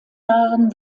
jahren